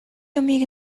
юмыг